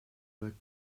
that